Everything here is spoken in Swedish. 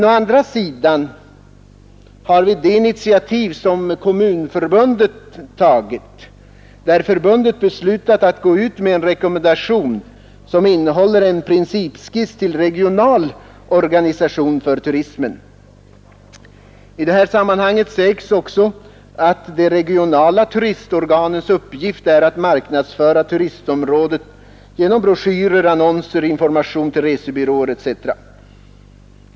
Å andra sidan har vi det initiativ som tagits av Svenska kommunförbundet, som beslutat att gå ut med en rekommendation vilken innehåller en principskiss till en regional organisation för turismen. I detta sammanhang sägs också att de regionala turistorganens uppgift är att marknadsföra turistområdet genom broschyrer, annonser, information till resebyråer etc.